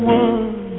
one